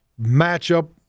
matchup